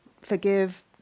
forgive